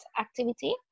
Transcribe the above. activity